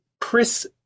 Chris